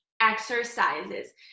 exercises